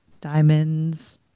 diamonds